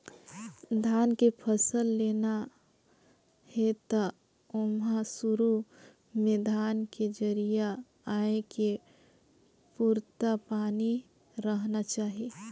धान के फसल लेना हे त ओमहा सुरू में धान के जरिया आए के पुरता पानी रहना चाही